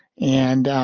and